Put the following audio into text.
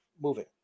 moving